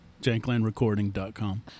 janklandrecording.com